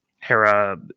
Hera